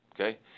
Okay